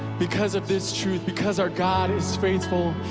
because of this truth because our god is faithful,